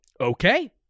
Okay